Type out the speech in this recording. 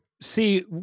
See